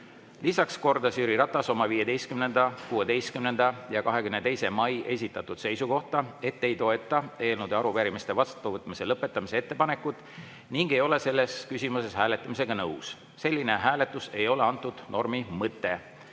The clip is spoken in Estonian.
Lisaks kordas Jüri Ratas oma 15., 16. ja 22. mail esitatud seisukohta, et ei toeta eelnõude ja arupärimiste vastuvõtmise lõpetamise ettepanekut ning ei ole selles küsimuses hääletamisega nõus. Selline hääletus ei ole antud normi mõte